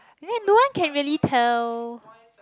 then no one can really tell